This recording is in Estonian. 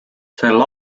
sel